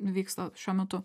vyksta šiuo metu